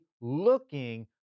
looking